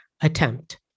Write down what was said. attempt